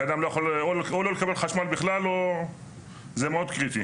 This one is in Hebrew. זה מאוד קריטי.